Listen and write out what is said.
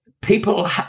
people